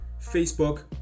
Facebook